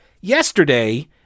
yesterday